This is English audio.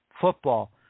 football